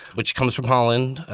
which comes from holland,